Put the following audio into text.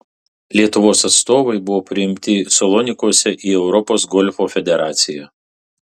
lietuvos atstovai buvo priimti salonikuose į europos golfo federaciją